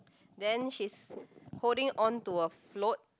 then she's holding onto a float